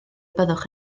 byddwch